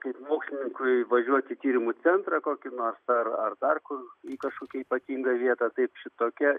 kaip mokslininkui važiuot į tyrimų centrą kokį nors ar ar dar kur į kažkokią ypatingą vietą taip šitokia